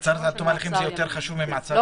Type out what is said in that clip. מעצר עד תום ההליכים זה יותר חשוב ממעצר ימים.